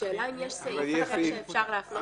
השאלה אם יש סעיף אחר שאפשר להפנות אליו,